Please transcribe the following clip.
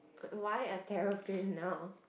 why a terrapin now